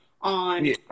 on